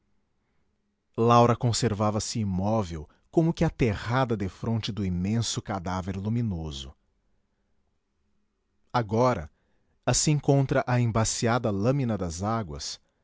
lodo laura conservava-se imóvel como que aterrada defronte do imenso cadáver luminoso agora assim contra a embaciada lâmina das águas